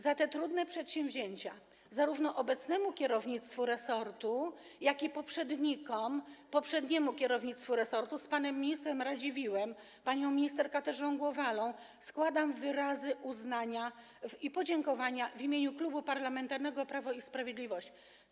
Za te trudne przedsięwzięcia zarówno obecnemu kierownictwu resortu, jak i poprzednikom, poprzedniemu kierownictwu resortu z panem ministrem Radziwiłłem, panią minister Katarzyną Głowalą, składam wyrazy uznania i podziękowania w imieniu Klubu Parlamentarnego Prawo i Sprawiedliwość.